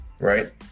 right